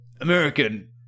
American